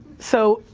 so.